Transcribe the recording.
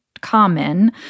common